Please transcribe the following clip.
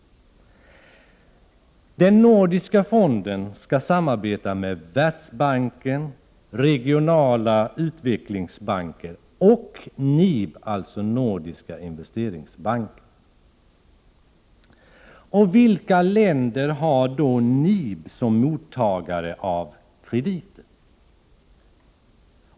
Den nordiska utvecklingsfonden skall samarbeta med Världsbanken, regionala utvecklingsbanker och NIB, alltså Nordiska investeringsbanken. Men vilka länder är då mottagare av NIB:s krediter?